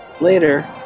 later